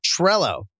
Trello